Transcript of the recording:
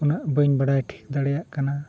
ᱩᱱᱟᱹᱜ ᱵᱟᱹᱧ ᱵᱟᱰᱟᱭ ᱴᱷᱤᱠ ᱫᱟᱲᱮᱭᱟᱜ ᱠᱟᱱᱟ